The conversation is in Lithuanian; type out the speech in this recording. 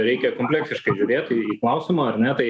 reikia kompleksiškai žiūrėt į klausimą ar ne tai